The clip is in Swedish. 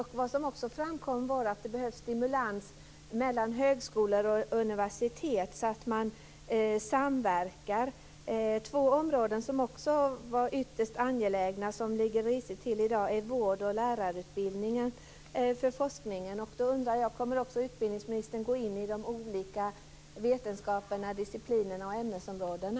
Det framkom också att det behövs stimulans mellan högskolor och universitet, så att de samverkar. Två områden som också var ytterst angelägna och som ligger risigt till i dag i fråga om forskning är vård och lärarutbildningen. Då undrar jag om utbildningsministern kommer att gå in i de olika vetenskaperna, disciplinerna och ämnesområdena.